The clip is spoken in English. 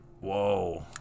whoa